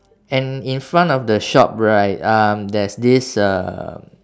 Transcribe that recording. and in front of the shop right um there's this uh